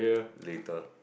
later